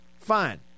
fine